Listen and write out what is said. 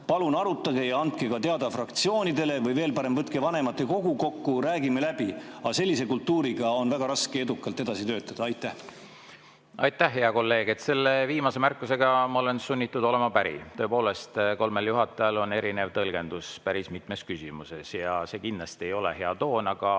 Palun arutage ja andke teada fraktsioonidele või, veel parem, võtke vanematekogu kokku, räägime läbi. Sellise kultuuriga on väga raske edukalt edasi töötada. Aitäh, hea kolleeg! Selle viimase märkusega ma olen sunnitud olema päri. Tõepoolest, kolmel juhatajal on erinev tõlgendus päris mitmes küsimuses ja see kindlasti ei ole hea toon, aga